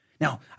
Now